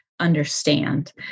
understand